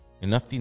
Enough